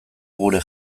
gure